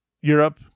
europe